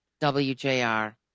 WJR